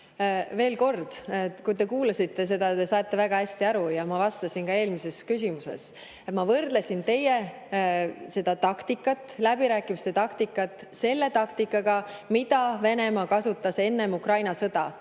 Veel kord, kui te kuulasite, te saite väga hästi aru, ja ma vastasin ka eelmisele küsimusele. Ma võrdlesin teie läbirääkimiste taktikat selle taktikaga, mida Venemaa kasutas enne Ukraina sõda.